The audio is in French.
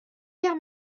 guerre